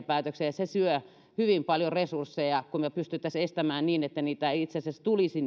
päätöksiä ja se syö hyvin paljon resursseja kun me pystyisimme estämään niin että niitä hakemuksia ei itse asiassa tulisi